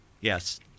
Yes